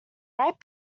ripe